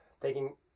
taking